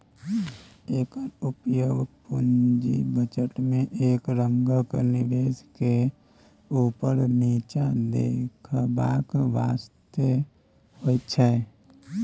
एकर उपयोग पूंजी बजट में एक रंगक निवेश के ऊपर नीचा देखेबाक वास्ते होइत छै